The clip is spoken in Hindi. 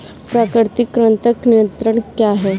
प्राकृतिक कृंतक नियंत्रण क्या है?